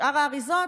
שאר האריזות,